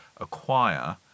acquire